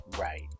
right